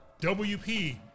WP